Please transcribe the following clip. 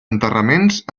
enterraments